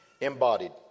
embodied